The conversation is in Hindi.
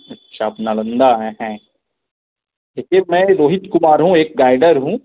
अच्छा आप नालंदा आएँ हैं देखिए मैं रोहित कुमार हूँ एक गाइडर हूँ